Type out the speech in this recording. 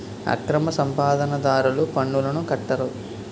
అక్రమ సంపాదన దారులు పన్నులను కట్టరు